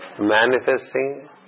manifesting